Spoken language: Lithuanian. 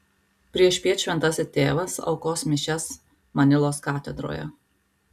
priešpiet šventasis tėvas aukos mišias manilos katedroje